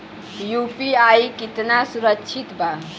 UPI कितना सुरक्षित बा?